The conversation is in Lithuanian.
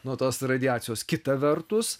nuo tos radiacijos kita vertus